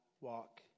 walk